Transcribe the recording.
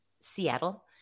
Seattle